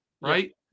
right